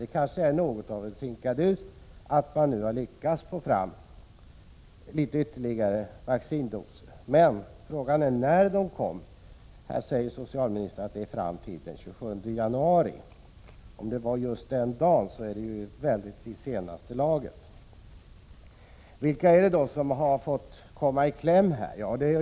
Det kanske var något av en sinkadus att SBL lyckades få fram ytterligare vaccindoser, men frågan är när de kommer. Socialministern säger att de levereras t.o.m. den 27 januari, men det är i så fall i senaste laget. Vilka har då kommit i kläm?